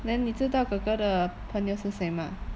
then 你知道哥哥的朋友是谁吗